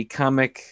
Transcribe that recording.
comic